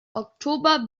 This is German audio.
oktober